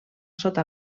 sota